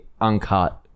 uncut